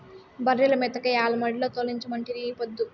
బర్రెల మేతకై ఆల మడిలో తోలించమంటిరి ఈ పొద్దు